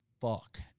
fuck